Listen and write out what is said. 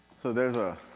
so there's a